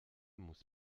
muss